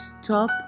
Stop